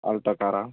Alto കാറാ